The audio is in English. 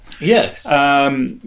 Yes